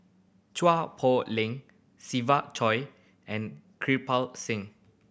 Chua Poh Leng Siva Choy and Kirpal Singh